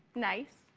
nice.